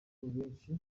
benshi